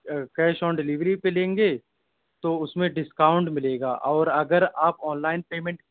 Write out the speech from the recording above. cash on delivery پہ لیں گے تو اس میں ڈسکاؤنٹ ملے گا اور اگر آپ آنلائن پیمینٹ